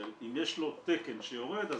אם יש לו תקן שיורד,